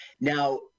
Now